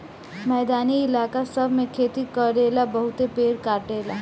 मैदानी इलाका सब मे खेती करेला बहुते पेड़ कटाला